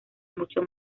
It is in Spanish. mucho